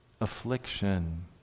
affliction